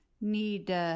need